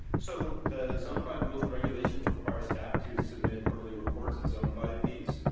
so the zone five rules and regulations require staff to submit quarterly reports of zone five fees.